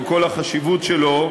עם כל החשיבות שלו,